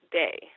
day